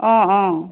অঁ অঁ